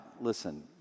listen